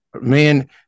man